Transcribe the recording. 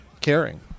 caring